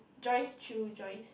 Joyce Choo Joyce